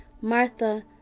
Martha